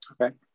Okay